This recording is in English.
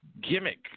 gimmick